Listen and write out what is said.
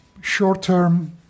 short-term